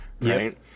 right